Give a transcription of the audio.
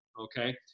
okay